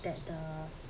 that the